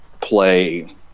play